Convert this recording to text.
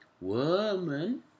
woman